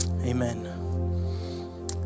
Amen